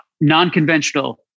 Non-conventional